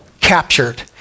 captured